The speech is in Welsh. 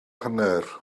hanner